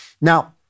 Now